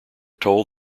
told